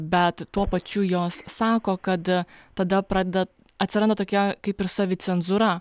bet tuo pačiu jos sako kad tada pradeda atsiranda tokia kaip ir savicenzūra